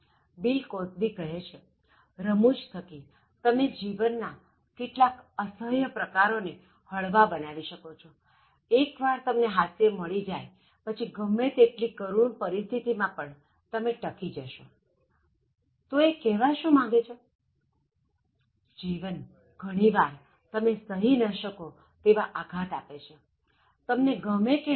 bill Cosby કહે છે રમૂજ થકી તમે જીવનના કેટલાક અસહ્ય પ્રહારોને હળવા બનાવી શકો છો એક્વાર તમને હાસ્ય મળી જાય પછી ગમે તેટલી કરુણ પરિસ્થિતિ માં પણ તમે ટકી જશો તો એ કહેવા શું માગે છે જીવન ઘણી વાર તમે ન સહી શકો તેવા આઘાત આપે છે તમને ગમે કે ન ગમે